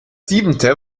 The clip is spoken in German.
siebente